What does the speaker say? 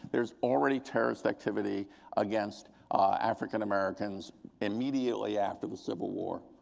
there's already terrorist activity against african americans immediately after the civil war.